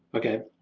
okay,